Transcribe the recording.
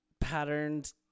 patterned